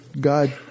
God